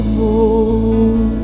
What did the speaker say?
more